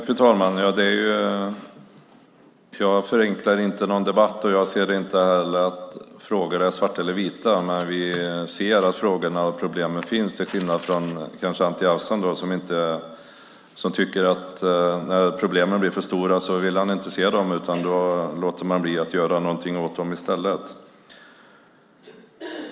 Fru talman! Jag förenklar inte någon debatt. Jag ser inte heller att frågor är svarta eller vita. Men vi ser att frågorna och problemen finns, kanske till skillnad från Anti Avsan som när problemen blir för stora inte vill se dem. Då låter man bli att göra någonting åt dem i stället.